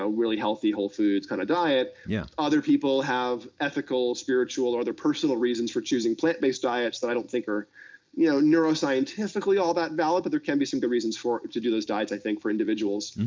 ah really healthy, whole foods kind of diet. yeah. other people have ethical, spiritual or other personal reasons for choosing plant-based diets that i don't think are you know neuro-scientifically all that valid, but there can be some good reasons to do those diets, i think, for individuals.